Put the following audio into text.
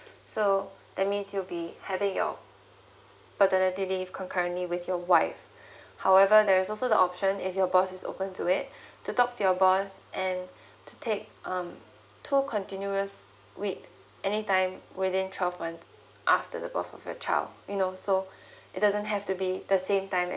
so that means you'll be having your paternity leave concurrently with your wife however there's also the option if your boss is open to it to talk to your boss and to take um two continuous weeks any time within twelve month after the birth of your child you know so it doesn't have to be the same time